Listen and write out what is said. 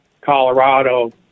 Colorado